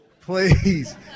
please